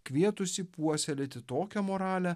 kvietusį puoselėti tokią moralę